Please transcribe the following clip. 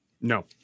No